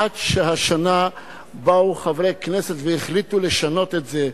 עד שהשנה באו חברי כנסת והחליטו לשנות את זה.